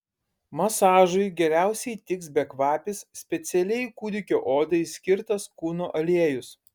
masažui geriausiai tiks bekvapis specialiai kūdikio odai skirtas kūno aliejus